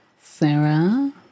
sarah